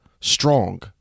strong